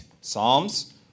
Psalms